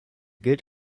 gilt